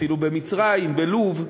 אפילו במצרים, בלוב,